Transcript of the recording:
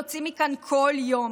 יוצאות מכאן כל יום.